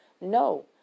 No